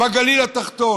בגליל התחתון.